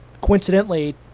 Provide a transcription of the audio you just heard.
coincidentally